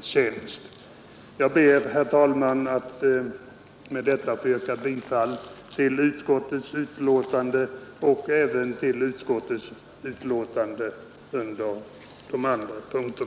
tjänst. Jag ber, herr talman, att med detta få yrka bifall till utskottets hemställan på de punkter som vi nu behandlar.